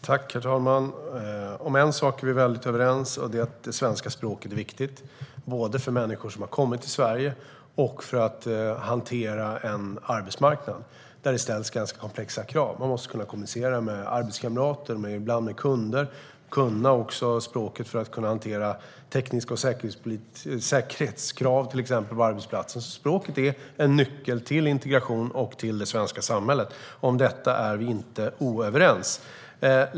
Herr talman! Om en sak är vi överens, nämligen att svenska språket är viktigt för människor som har kommit till Sverige och för att hantera en arbetsmarknad där det ställs komplexa krav. Man måste kunna kommunicera med arbetskamrater och ibland med kunder. Man måste kunna språket för att kunna hantera tekniska krav och säkerhetskrav på arbetsplatsen. Språket är en nyckel till integration och till det svenska samhället. Om detta är vi inte oöverens.